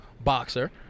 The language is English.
boxer